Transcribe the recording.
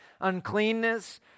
uncleanness